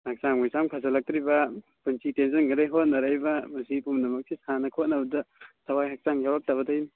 ꯍꯛꯆꯥꯡ ꯃꯤꯁꯥꯡ ꯐꯖꯜꯂꯛꯇ꯭ꯔꯤꯕ ꯄꯨꯟꯁꯤ ꯇꯦꯟꯖꯤꯟꯒꯗꯣꯏ ꯍꯣꯠꯅꯔꯛꯏꯕ ꯃꯁꯤ ꯄꯨꯝꯅꯃꯛꯁꯤ ꯁꯥꯟꯅ ꯈꯣꯠꯅꯕꯗ ꯊꯋꯥꯏ ꯍꯛꯆꯥꯡ ꯌꯥꯎꯔꯛꯇꯕꯗꯩꯅꯤ